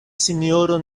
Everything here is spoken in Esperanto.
sinjoro